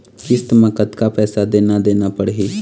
किस्त म कतका पैसा देना देना पड़ही?